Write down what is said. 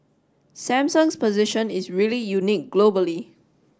Samsung's position is really unique globally